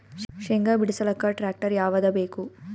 ಶೇಂಗಾ ಬಿಡಸಲಕ್ಕ ಟ್ಟ್ರ್ಯಾಕ್ಟರ್ ಯಾವದ ಬೇಕು?